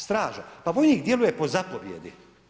Straža, pa vojnik djeluje po zapovijedi.